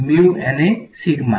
વિદ્યાર્થી